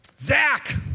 Zach